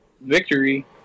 Victory